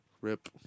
Rip